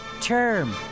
term